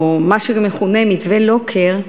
או מה שמכונה "מתווה לוקר",